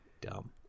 dumb